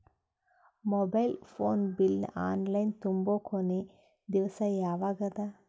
Mobile phone bill online ತುಂಬೊ ಕೊನಿ ದಿವಸ ಯಾವಗದ?